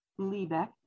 Lebeck